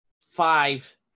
five